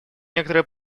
некоторые